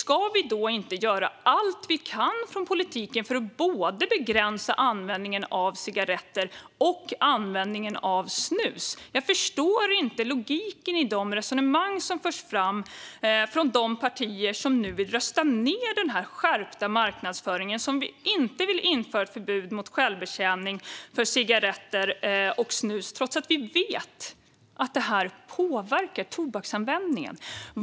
Ska vi då inte göra allt vi kan från politiken för att begränsa både användningen av cigaretter och användningen av snus? Jag förstår inte logiken i de resonemang som förs fram från de partier som nu vill rösta ned förslaget om den skärpta marknadsföringen och som inte vill införa förbud mot självbetjäning när det gäller cigaretter och snus, trots att vi vet att det påverkar tobaksanvändningen.